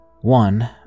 One